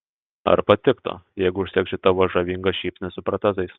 ar patiktų jeigu užsegčiau tavo žavingą šypsnį su protezais